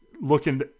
looking